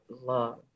love